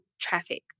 traffic